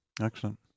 Excellent